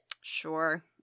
sure